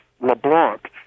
LeBlanc